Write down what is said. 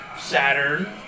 Saturn